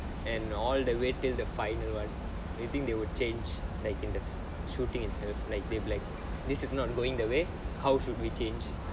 and all the way till the final one you think they will change like in the shooting itself like they'll be like this is not going the way how should we change